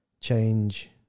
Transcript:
change